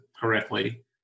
correctly